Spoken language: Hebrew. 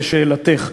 בשאלתך.